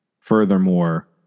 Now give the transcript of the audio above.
furthermore